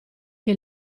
che